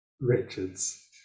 Richards